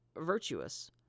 virtuous